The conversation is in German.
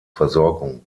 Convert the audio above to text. versorgung